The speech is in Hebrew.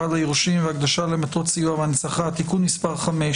ליורשים והקדשה למטרות סיוע והנצחה) (תיקון מס' 5)